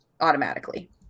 Automatically